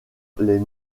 les